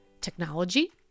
technology